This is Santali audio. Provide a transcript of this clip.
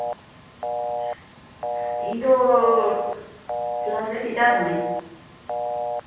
ᱤᱧ ᱫᱚ ᱠᱞᱟᱥ ᱨᱮᱱ ᱴᱤᱪᱟᱨ ᱠᱟᱱᱟᱹᱧ